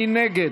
מי נגד?